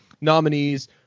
nominees